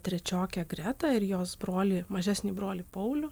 trečiokę gretą ir jos brolį mažesnį brolį paulių